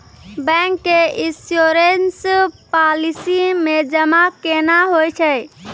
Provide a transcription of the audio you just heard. Bank के insurance policy मे जमा केना होय छै?